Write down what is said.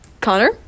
Connor